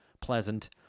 pleasant